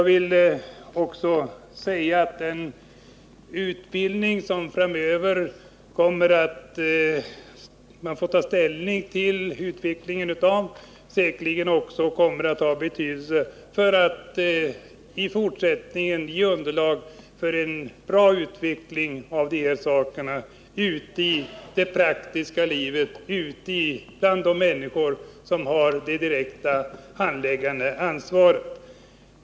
Den utbildning, som man får ta ställning till framöver, kommer säkerligen också att ha betydelse för att i fortsättningen ge underlaget för en bra utveckling på dessa områden ute i det praktiska livet, bland de människor som har det direkta handläggande ansvaret.